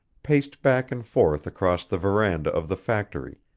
paced back and forth across the veranda of the factory,